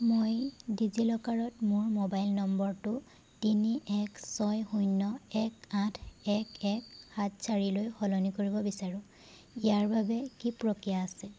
মই ডিজিল'কাৰত মোৰ মোবাইল নম্বৰটো তিনি এক ছয় শূন্য এক আঠ এক এক সাত চাৰি লৈ সলনি কৰিব বিচাৰোঁ ইয়াৰ বাবে কি প্ৰক্ৰিয়া আছে